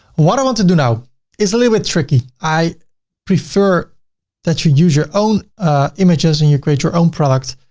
what i want to do now is a little bit tricky. i prefer that you use your own images and you create your own products.